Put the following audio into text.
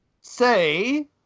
Say